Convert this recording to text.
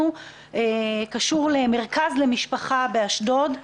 איך תגיע המטפלת שאמורה לתת שעות סיעוד מהביטוח